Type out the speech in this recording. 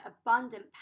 abundant